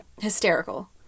hysterical